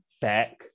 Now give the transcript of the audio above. back